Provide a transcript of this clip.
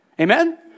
Amen